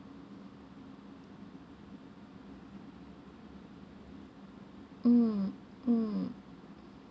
mm mm